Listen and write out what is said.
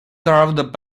served